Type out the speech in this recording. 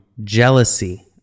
jealousy